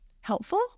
helpful